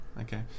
okay